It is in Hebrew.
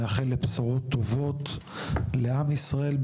מאחל לבשורות טובות לעם ישראל,